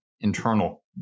internal